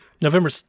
November